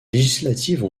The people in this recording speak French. législatives